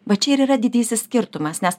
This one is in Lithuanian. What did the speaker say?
va čia ir yra didysis skirtumas nes